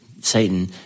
Satan